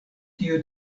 tiu